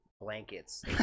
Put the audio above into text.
blankets